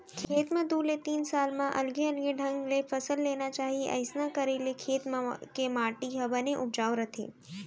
खेत म दू ले तीन साल म अलगे अलगे ढंग ले फसल लेना चाही अइसना करे ले खेत के माटी ह बने उपजाउ रथे